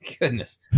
Goodness